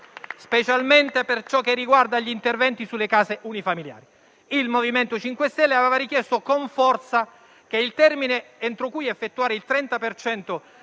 specialmente per ciò che riguarda gli interventi sulle case unifamiliari. Il MoVimento 5 Stelle aveva richiesto con forza che il termine entro cui effettuare il 30